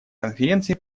конференции